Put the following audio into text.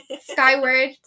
Skyward